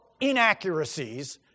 inaccuracies